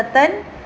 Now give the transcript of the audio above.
certain